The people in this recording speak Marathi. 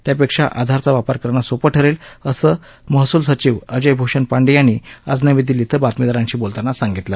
त्यापेक्षा आधारचा वापर करणं सोपं ठरेल असं महसूल सचिव अजयभूषण पांडे यांनी आज नवी दिल्ली क्रिं बातमीदारांशी बोलताना सांगितलं